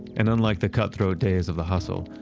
and unlike the cutthroat days of the hustle,